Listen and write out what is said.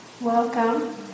Welcome